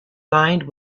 lined